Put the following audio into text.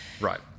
Right